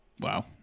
wow